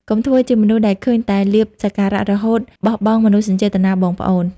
កុំធ្វើជាមនុស្សដែលឃើញតែលាភសក្ការៈ រហូតបោះបង់មនោសញ្ចេតនាបងប្អូន។